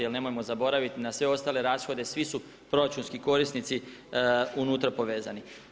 Jer, nemojmo zaboraviti na sve ostale rashode, svi su proračunski korisnici unutra povezani.